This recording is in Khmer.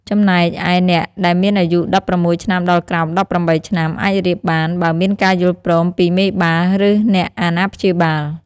ចំំណែកឯអ្នកដែលមានអាយុ ១៦ ឆ្នាំដល់ក្រោម ១៨ ឆ្នាំអាចរៀបបាន បើមានការយល់ព្រមពីមេបា ឬអ្នកអាណាព្យាបាល។